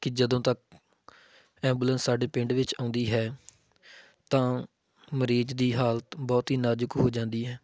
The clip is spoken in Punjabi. ਕਿ ਜਦੋਂ ਤੱਕ ਐਬੂਲੈਂਸ ਸਾਡੇ ਪਿੰਡ ਵਿੱਚ ਆਉਂਦੀ ਹੈ ਤਾਂ ਮਰੀਜ਼ ਦੀ ਹਾਲਤ ਬਹੁਤ ਹੀ ਨਾਜ਼ੁਕ ਹੋ ਜਾਂਦੀ ਹੈ